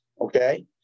okay